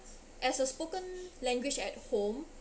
as a spoken language at home